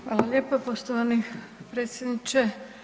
Hvala lijepa poštovani predsjedniče.